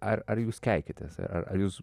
ar ar jūs keikiatės ar jūs